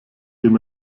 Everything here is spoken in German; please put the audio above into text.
dem